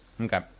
Okay